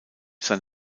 sein